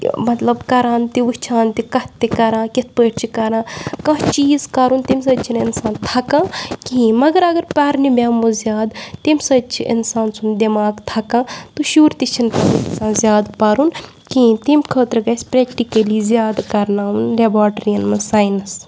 مطلب کَران تہِ وٕچھان تہِ کَتھٕ تہِ کَران کِتھ پٲٹھۍ چھِ کَران کانٛہہ چیٖز کَرُن تیٚمہِ سۭتۍ چھِنہٕ اِنسان تھَکان کِہیٖنۍ مگر اگر پرنہِ بیٚہمو زیادٕ تمہِ سۭتۍ چھِ اِنسان سُنٛد دٮ۪ماغ تھَکان تہٕ شُر تہِ چھِنہٕ زیادٕ پَرُن کِہیٖنۍ تیٚمہِ خٲطرٕ گژھِ پرٛٮ۪کٹِکٔلی زیادٕ کَرناوُن لٮ۪باٹِرٛیَن منٛز ساینَس